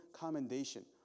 commendation